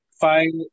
find